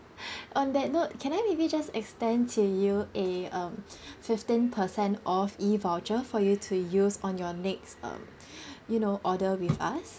on that note can I maybe just extend to you a um fifteen percent off E voucher for you to use on your next um you know order with us